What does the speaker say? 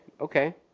Okay